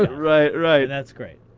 right, right. and that's great.